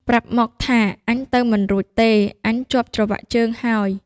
ប្រាប់មកថា "អញទៅមិនរួចទេ អញជាប់ច្រវាក់ជើងហើយ!” ។